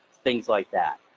things like that.